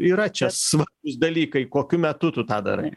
yra čia svarbūs dalykai kokiu metu tu tą darai